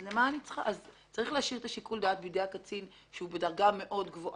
אז צריך להשאיר את שיקול דעת בידי הקצין שהוא בדרגה מאוד גבוהה,